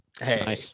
Hey